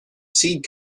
seed